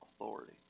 authority